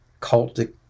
cultic